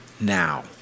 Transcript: now